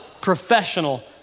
professional